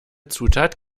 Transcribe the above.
zutat